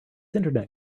internet